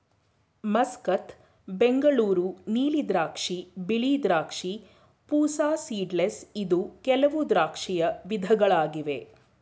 Muscat, Bengaluru ನೀಲಿ ದ್ರಾಕ್ಷಿ, ಬಿಳಿ ದ್ರಾಕ್ಷಿ, ಪೂಸಾ ಸೀಡ್ಲೆಸ್ ಇದು ಕೆಲವು ದ್ರಾಕ್ಷಿಯ ವಿಧಗಳಾಗಿವೆ